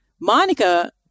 Monica